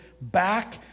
back